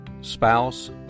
spouse